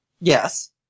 Yes